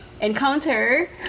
Encounter